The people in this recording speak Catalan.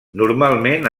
normalment